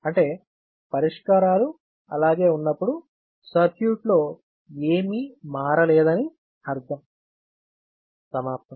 అంటే పరిష్కారాలు అలాగే ఉన్నప్పుడు సర్క్యూట్లో ఏమీ మారలేదని అర్థం